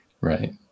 right